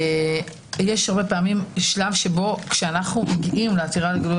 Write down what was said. יש הרבה פעמים שלב שבו כשאנו מגיעים לעתירה לגילוי